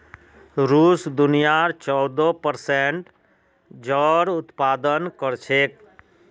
रूस दुनियार चौदह प्परसेंट जौर उत्पादन कर छेक